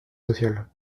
social